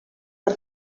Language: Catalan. per